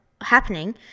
happening